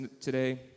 today